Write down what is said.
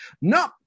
no